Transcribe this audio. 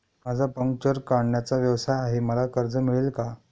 माझा पंक्चर काढण्याचा व्यवसाय आहे मला कर्ज मिळेल का?